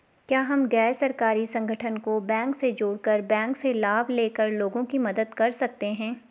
क्या हम गैर सरकारी संगठन को बैंक से जोड़ कर बैंक से लाभ ले कर लोगों की मदद कर सकते हैं?